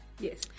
Yes